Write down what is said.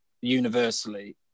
universally